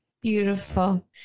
Beautiful